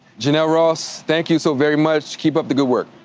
janell ross, thank you so very much. keep up the good work.